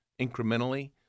incrementally